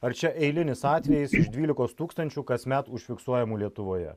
ar čia eilinis atvejis iš dvylikos tūkstančių kasmet užfiksuojamų lietuvoje